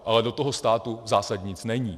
Ale do toho státu zásadně nic není.